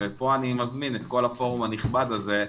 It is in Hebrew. ופה אני מזמין את כל הפורום הנכבד הזה,